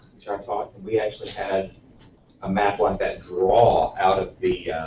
which i thought we actually had a map one that draw out of the